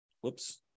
whoops